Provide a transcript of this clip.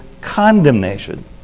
condemnation